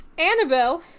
annabelle